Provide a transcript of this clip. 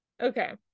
Okay